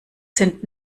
sind